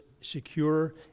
secure